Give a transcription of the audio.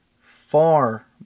far